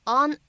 on